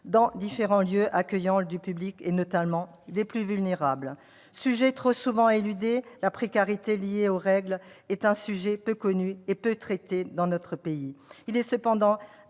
dans différents lieux accueillant du public, et notamment les personnes les plus vulnérables. Sujet trop souvent éludé, la précarité liée aux règles est peu connue et peu traitée dans notre pays.